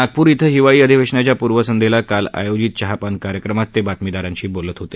नागपूर इथं हिवाळी अधिवेशनच्या पूर्वसंध्येला काल आयोजित चहापान कार्यक्रमात ते बातमीदांराशी बोलत होते